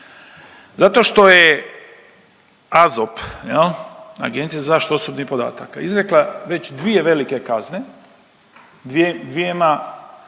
Zato što je AZOP, je li, Agencija za zaštitu osobnih podataka, izrekla već dvije velike kazne dvjema